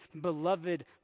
beloved